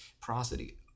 prosody